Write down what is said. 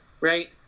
right